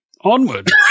onward